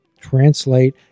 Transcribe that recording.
translate